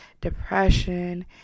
depression